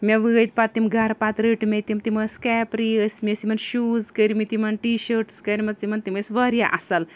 مےٚ وٲتۍ پَتہٕ تِم گَرٕ پَتہٕ رٔٹ مےٚ تِم تِم ٲسۍ کیپری ٲسۍ مےٚ ٲسۍ یِمَن شوٗز کٔرمٕتۍ یِمن ٹی شٲٹٕس کٔرمٕژ یِمن تِم ٲسۍ واریاہ اَصٕل